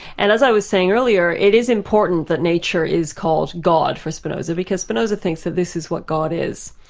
and as i was saying earlier, it is important that nature is called god for spinoza, because spinoza thinks that this is what god is.